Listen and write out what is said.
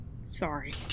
Sorry